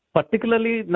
Particularly